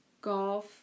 golf